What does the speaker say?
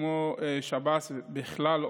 כמו שב"ס בכלל,